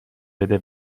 بده